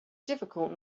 difficult